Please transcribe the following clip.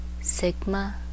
SIGMA